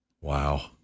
Wow